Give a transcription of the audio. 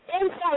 inside